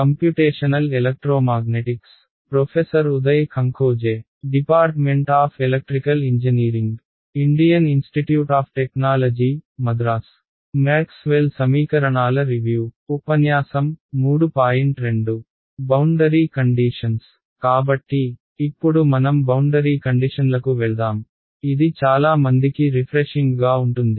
computational electromagnetics కాబట్టి ఇప్పుడు మనం బౌండరీ కండిషన్లకు వెళ్దాం ఇది చాలా మందికి రిఫ్రెషింగ్ గా ఉంటుంది